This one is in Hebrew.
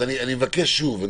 אני מבקש שוב.